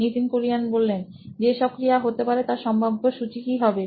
Nitin Kurian C O O নোইন electronics যে সব ক্রিয়া হতে পারে তার সম্ভাব্য সূচি কি হবে